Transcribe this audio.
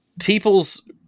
people's